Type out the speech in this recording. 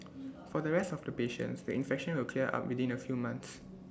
for the rest of the patients the infection will clear up within A few months